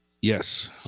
yes